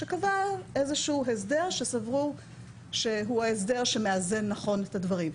שקבע איזה שהוא הסדר שסברו שהוא ההסדר שמאזן נכון את הדברים.